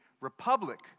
Republic